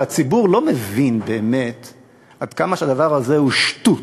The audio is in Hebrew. הרי הציבור לא מבין באמת עד כמה הדבר הזה הוא שטות,